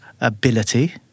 Ability